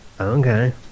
Okay